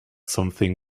something